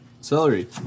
celery